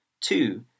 two